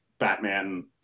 batman